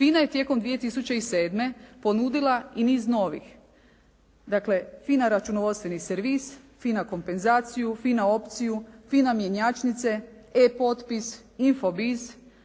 FINA je tijekom 2007. ponudila i niz novih. Dakle FINA računovodstveni servis, FINA kompenzaciju, FINA opciju, FINA mjenjačnice, E-potpis, Info-bis,